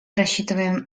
рассчитываем